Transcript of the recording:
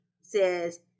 says